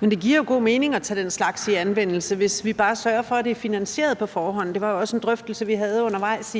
Men det giver jo god mening at tage den slags i anvendelse, hvis vi bare sørger for, at det er finansieret på forhånd. Det var jo også en drøftelse, vi havde undervejs